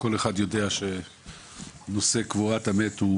כל אחד יודע שנושא קבורת המת הוא